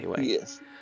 Yes